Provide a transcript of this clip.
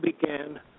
began